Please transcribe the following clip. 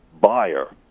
buyer